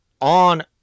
on